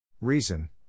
Reason